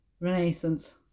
renaissance